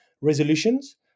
resolutions